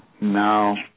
Now